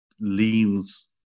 leans